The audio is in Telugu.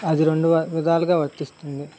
అది రెండు విధాలుగా వర్తిస్తుంది